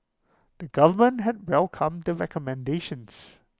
the government had welcomed the recommendations